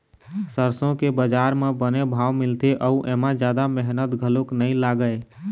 सरसो के बजार म बने भाव मिलथे अउ एमा जादा मेहनत घलोक नइ लागय